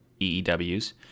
EEWs